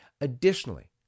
Additionally